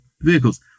vehicles